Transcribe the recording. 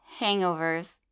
Hangovers